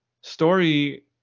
story